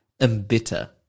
embitter